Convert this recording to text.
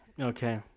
Okay